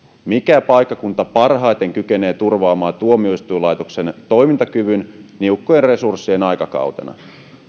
mikä paikkakunta parhaiten kykenee turvaamaan tuomioistuinlaitoksen toimintakyvyn niukkojen resurssien aikakautena